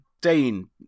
dean